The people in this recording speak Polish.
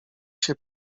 się